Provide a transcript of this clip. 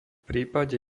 prípade